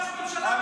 בכבוד.